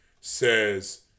says